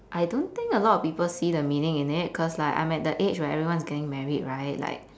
I don't think a lot of people see the meaning in it cause like I'm at the age where everyone is getting married right like